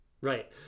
right